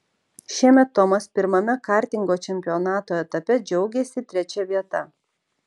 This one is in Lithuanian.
šiemet tomas pirmame kartingo čempionato etape džiaugėsi trečia vieta